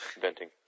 Venting